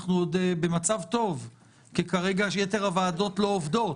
אנחנו עוד במצב טוב כי כרגע יתר הוועדות עוד לא עובדות.